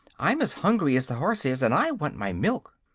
i'm as hungry as the horse is, and i want my milk.